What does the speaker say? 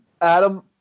Adam